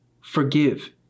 Forgive